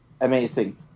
amazing